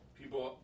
people